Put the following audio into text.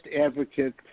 advocate